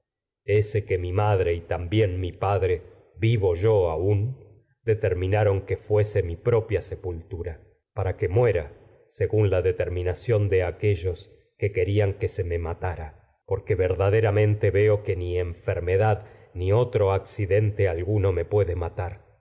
citerón que mi madre y tam bién mi padi e vivo yo aún que determinaron muera que fuese propia sepultura para de según la determi por nación aquellos que querían que se me matara que que verdaderamente veo ni enfermedad ni otro ac ya que cidente alguno me puede matar